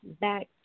back